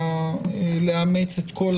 בהקשר סעיף 368ג,